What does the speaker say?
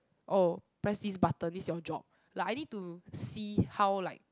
oh press this button it's your job like I need to see how like